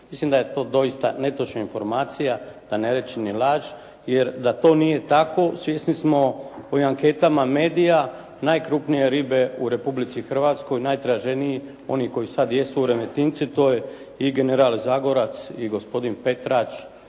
Mislim da je to doista netočna informacija, da ne rečem i laž, jer da to nije tako svjesni smo po anketama medija najkrupnije ribe u Republici Hrvatskoj najtraženiji oni koji sada jesu u Rementincu to je i general Zagorac i gospodin Petrać